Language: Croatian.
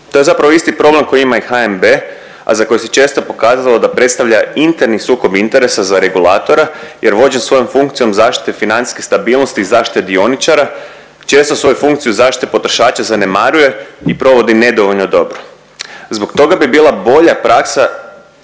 To je zapravo isti problem koji ima i HNB, a za koje se često pokazalo da predstavlja interni sukob interesa za regulatora jer vođen svojom funkcijom zaštite financijske stabilnosti i zaštite dioničara, često svoju funkciju zaštite potrošača zanemaruje i provodi nedovoljno dobro. Zbog toga bi bila bolje praksa